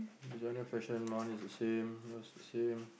he's under pressure mine the same yours the same